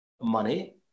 money